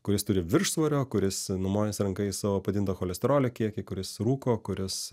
kuris turi viršsvorio kuris numojęs ranka į savo padidintą cholesterolio kiekį kuris rūko kuris